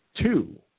two